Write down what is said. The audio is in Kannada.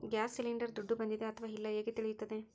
ಗ್ಯಾಸ್ ಸಿಲಿಂಡರ್ ದುಡ್ಡು ಬಂದಿದೆ ಅಥವಾ ಇಲ್ಲ ಹೇಗೆ ತಿಳಿಯುತ್ತದೆ?